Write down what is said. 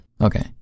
Okay